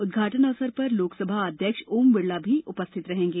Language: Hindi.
उद्घाटन अवसर पर लोकसभा अध्यक्ष ओम बिड़ला भी उपस्थित रहेंगे